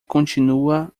continua